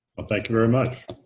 ah thank you very much.